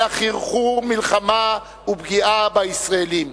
אלא חרחור מלחמה ופגיעה בישראלים.